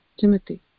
Timothy